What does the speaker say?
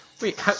Wait